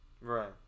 right